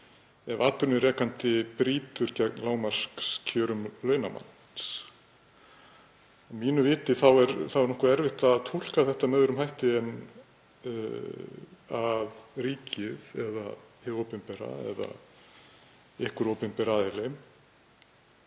ef atvinnurekandi brýtur gegn lágmarkskjörum launamanns.“ Að mínu viti er nokkuð erfitt að túlka þetta með öðrum hætti en að ríkið eða hið opinbera eða einhver opinber aðili